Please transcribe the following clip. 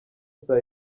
saa